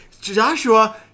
Joshua